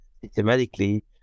systematically